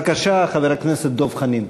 בבקשה, חבר הכנסת דב חנין.